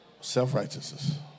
Self-righteousness